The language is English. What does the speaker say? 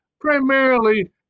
primarily